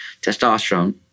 testosterone